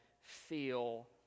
feel